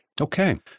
Okay